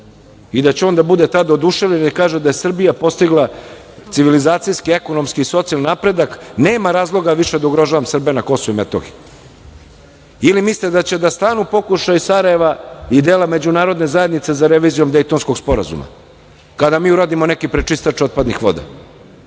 i da će on da bude tada oduševljen jer kaže da je Srbija postigla civilizacijski, ekonomski i socijalni napredak, nema razloga više da ugrožavam Srbe na Kosovu i Metohiji ili mislite da će da stanu pokušaji Sarajeva i dela međunarodne zajednice za revizijom Dejtonskog sporazuma kada mi uradimo neki prečistač otpadnih voda?